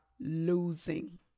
losing